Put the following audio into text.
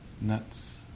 nuts